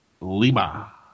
Lima